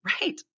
right